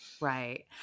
Right